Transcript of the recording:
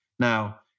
Now